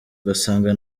ugasanga